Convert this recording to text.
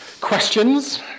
questions